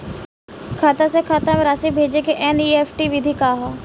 खाता से खाता में राशि भेजे के एन.ई.एफ.टी विधि का ह?